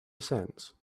cents